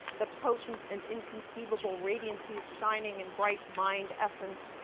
the potent and inconceivable radiancies shining in bright mind essence,